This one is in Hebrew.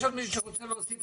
יש עוד מישהו שרוצה להוסיף?